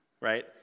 Right